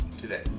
today